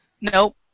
Nope